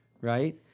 right